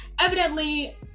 evidently